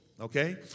Okay